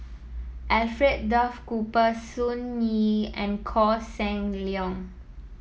Alfred Duff Cooper Sun Yee and Koh Seng Leong